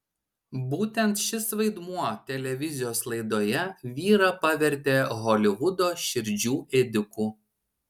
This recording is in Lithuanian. būtent šis vaidmuo televizijos laidoje vyrą pavertė holivudo širdžių ėdiku